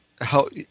help